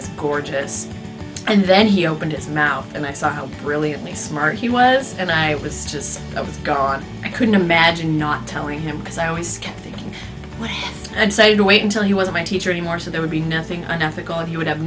is gorgeous and then he opened his mouth and i saw how brilliantly smart he was and i was just gone i couldn't imagine not telling him because i always kept thinking and saying wait until he was my teacher anymore so there would be nothing on ethical and he would have